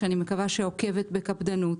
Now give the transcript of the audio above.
שאני מקווה שעוקבת בקפדנות,